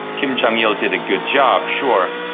kim jong-il did a good job, sure,